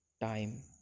Time